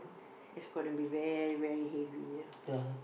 it's gonna be very very heavy ya